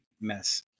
mess